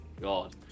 god